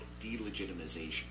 delegitimization